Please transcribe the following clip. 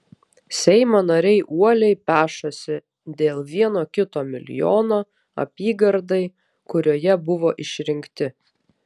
seimo nariai uoliai pešasi dėl vieno kito milijono apygardai kurioje buvo išrinkti